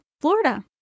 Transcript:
Florida